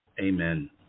Amen